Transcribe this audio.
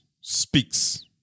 speaks